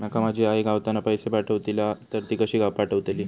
माका माझी आई गावातना पैसे पाठवतीला तर ती कशी पाठवतली?